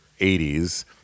80s